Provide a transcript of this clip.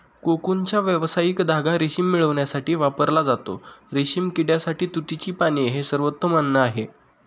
कोकूनचा व्यावसायिक धागा रेशीम मिळविण्यासाठी वापरला जातो, रेशीम किड्यासाठी तुतीची पाने हे सर्वोत्तम अन्न आहे